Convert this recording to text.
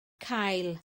cael